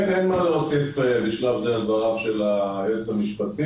אין לי מה להוסיף בשלב זה על דבריו של היועץ המשפטי.